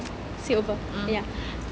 mm